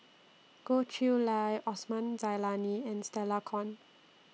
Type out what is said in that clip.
Goh Chiew Lye Osman Zailani and Stella Kon